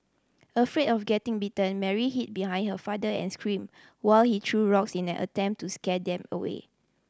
afraid of getting bitten Mary hid behind her father and screamed while he threw rocks in an attempt to scare them away